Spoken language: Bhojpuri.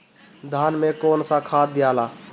धान मे कौन सा खाद दियाला?